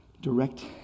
direct